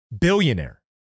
billionaire